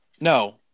No